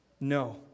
No